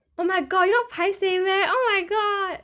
oh my god you not paiseh meh oh my god